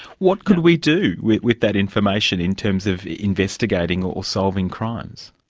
what could we do with with that information, in terms of investigating or solving crimes?